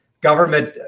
government